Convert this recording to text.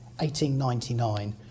1899